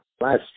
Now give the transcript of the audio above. last